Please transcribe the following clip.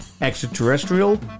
extraterrestrial